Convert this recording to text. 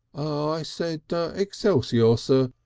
i said excelsior, sir.